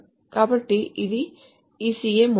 కాబట్టి ఇది ECA model